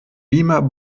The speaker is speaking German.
beamer